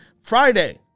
Friday